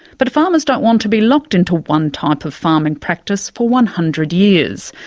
but farmers don't want to be locked into one type of farming practice for one hundred years.